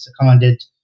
seconded